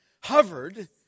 Hovered